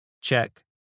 check